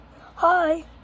Hi